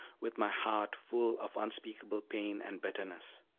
with my heart full of unspeakable pain and bitterness.